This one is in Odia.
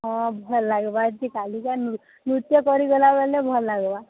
ହଁ ଭଲ୍ ଲାଗ୍ବା ଯେ କାଲିକା ନୃତ୍ୟ କରିଗଲା ବେଲେ ଭଲ୍ ଲାଗ୍ବା